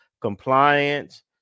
compliance